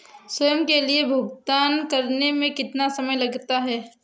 स्वयं के लिए भुगतान करने में कितना समय लगता है?